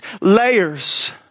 layers